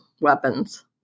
weapons